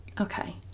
Okay